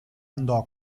andò